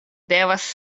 devas